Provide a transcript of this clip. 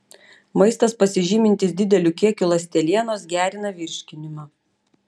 maistas pasižymintis dideliu kiekiu ląstelienos gerina virškinimą